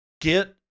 get